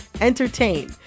entertain